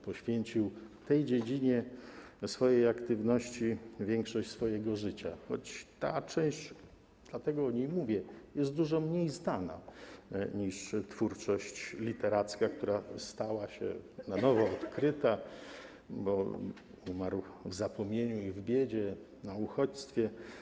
Poświęcił tej dziedzinie swojej aktywności większość swojego życia, choć ta część - dlatego o niej mówię - jest dużo mniej znana niż twórczość literacka, która została na nowo odkryta, bo umarł w zapomnieniu i w biedzie, na uchodźstwie.